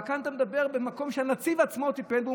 אבל כאן אתה מדבר על מקום שהנציב עצמו טיפל בו,